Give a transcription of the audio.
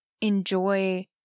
enjoy